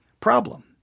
problem